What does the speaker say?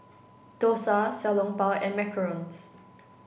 Dosa Xiao Long Bao and macarons